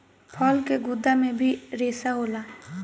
फल के गुद्दा मे भी रेसा होला